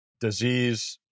Disease